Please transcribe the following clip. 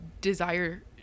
desire